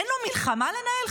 אין לו מלחמה לנהל?